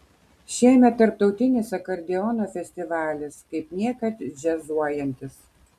šiemet tarptautinis akordeono festivalis kaip niekad džiazuojantis